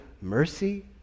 mercy